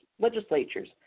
legislatures